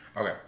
Okay